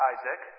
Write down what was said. Isaac